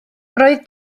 roedd